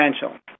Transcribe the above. potential